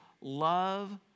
love